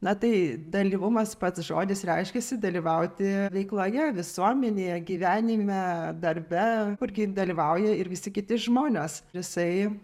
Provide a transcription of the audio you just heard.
na tai dalyvumas pats žodis reiškiasi dalyvauti veikloje visuomenėje gyvenime darbe kur gi dalyvauja ir visi kiti žmonės jisai